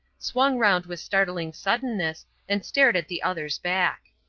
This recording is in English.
swung round with startling suddenness and stared at the other's back.